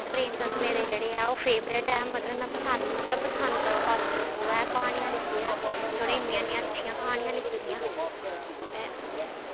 प्रेमचन्द मेरे जेह्ड़े ऐ ओह् फेवरट ऐ में मतलब में पसंद मतलब पसंद ओह् ऐ क्हानियां लिखदे ऐ जि'नें इन्नियां इन्नियां अच्छियां क्हानियां लिखी दियां ते